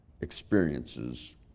experiences